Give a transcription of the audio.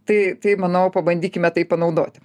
tai tai manau pabandykime tai panaudoti